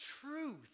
truth